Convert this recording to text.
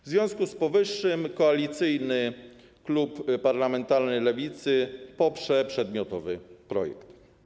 W związku z powyższym Koalicyjny Klub Parlamentarny Lewicy poprze przedmiotowy projekt.